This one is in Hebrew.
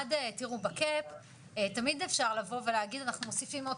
ב-cap תמיד אפשר להגיד: אנחנו מוסיפים עוד